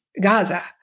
Gaza